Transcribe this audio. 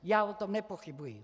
Já o tom nepochybuji!